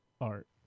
art